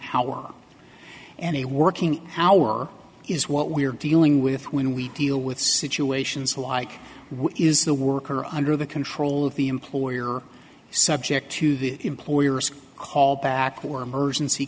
you any working hour is what we are dealing with when we deal with situations like what is the worker under the control of the employer subject to the employer's callback or emergency